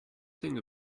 thing